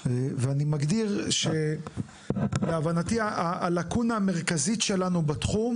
להבנתי, הלקונה המרכזית שלנו בתחום